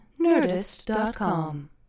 nerdist.com